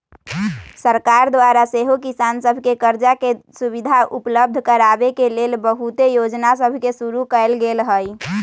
सरकार द्वारा सेहो किसान सभके करजा के सुभिधा उपलब्ध कराबे के लेल बहुते जोजना सभके शुरु कएल गेल हइ